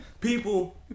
people